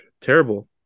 Terrible